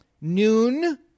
noon